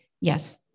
yes